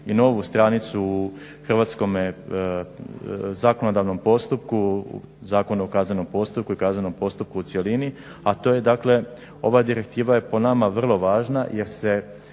i novu stranicu u hrvatskome zakonodavnom postupku, Zakonu o kaznenom postupku i kaznenom postupku u cjelini a to je dakle ova direktiva je po nama vrlo važna jer se